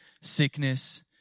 sickness